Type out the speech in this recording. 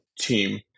team